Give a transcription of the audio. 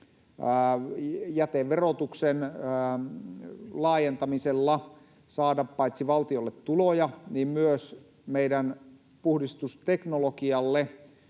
jäteverotuksen laajentamisella saada paitsi valtiolle tuloja niin myös meidän puhdistusteknologialle